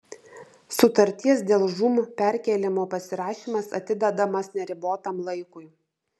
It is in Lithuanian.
sutarties dėl žūm perkėlimo pasirašymas atidedamas neribotam laikui